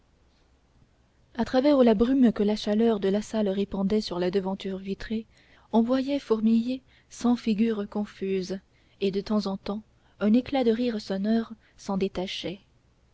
à travers la brume que la chaleur de la salle répandait sur la devanture vitrée on voyait fourmiller cent figures confuses et de temps en temps un éclat de rire sonore s'en détachait